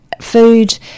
food